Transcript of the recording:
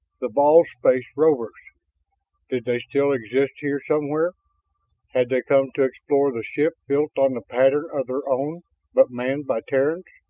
the bald space rovers did they still exist here somewhere had they come to explore the ship built on the pattern of their own but manned by terrans?